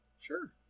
sure